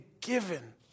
given